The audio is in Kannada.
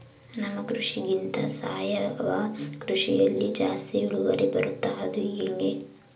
ನಮ್ಮ ಕೃಷಿಗಿಂತ ಸಾವಯವ ಕೃಷಿಯಲ್ಲಿ ಜಾಸ್ತಿ ಇಳುವರಿ ಬರುತ್ತಾ ಅದು ಹೆಂಗೆ?